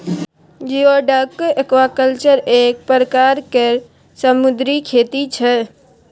geoduck aquaculture एक परकार केर समुन्दरी खेती छै